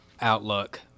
outlook